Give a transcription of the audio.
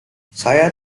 saya